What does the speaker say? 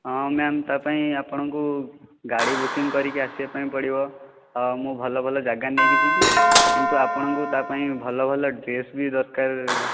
ହଁ ମ୍ୟାମ୍ ତା ପାଇଁ ଆପଣଙ୍କୁ ଗାଡ଼ି ବୁକିଙ୍ଗ କରିକି ଆସିବା ପାଇଁ ପଡ଼ିବ ଆଉ ମୁଁ ଭଲ ଭଲ ଜାଗା ନେଇକି ଯିବି କିନ୍ତୁ ଆପଣଙ୍କୁ ତା ପାଇଁ ଭଲ ଭଲ ଡ୍ରେସ ବି ଦରକାର